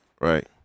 right